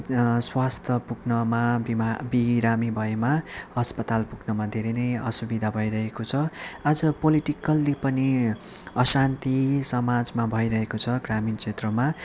स्वास्थ्य पुग्नमा बिमा बिरामी भएमा अस्पताल पुग्नमा धेरै नै असुविधा भइरहेको छ आज पोलिटिकली पनि अशान्ति समाजमा भइरहेको छ ग्रामिण क्षेत्रमा